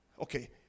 Okay